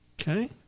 Okay